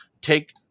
take